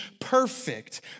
perfect